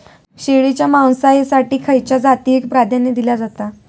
शेळीच्या मांसाएसाठी खयच्या जातीएक प्राधान्य दिला जाता?